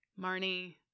Marnie